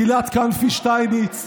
גילת כנפי-שטייניץ,